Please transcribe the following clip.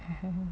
(uh huh)